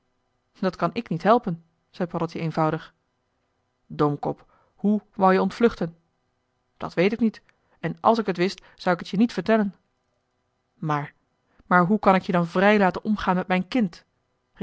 dat kan ik niet helpen zei paddeltje eenvoudig domkop hoe wou je ontvluchten dat weet ik niet en àls ik t wist zou ik t je niet vertellen maar maar hoe kan ik je dan vrij laten omgaan met mijn kind